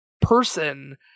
person